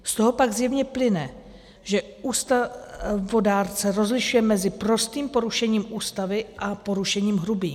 Z toho pak zjevně plyne, že ústavodárce rozlišuje mezi prostým porušením Ústavy a porušením hrubým.